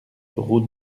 route